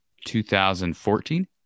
2014